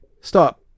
stop